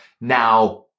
now